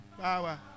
Power